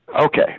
okay